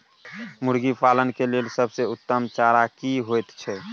मुर्गी पालन के लेल सबसे उत्तम चारा की होयत छै?